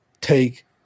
take